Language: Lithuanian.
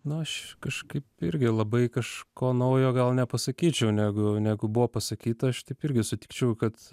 nu aš kažkaip irgi labai kažko naujo gal nepasakyčiau negu negu buvo pasakyta aš taip irgi sutikčiau kad